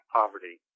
poverty